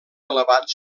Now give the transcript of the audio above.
elevat